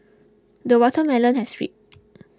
the watermelon has ray